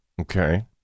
Okay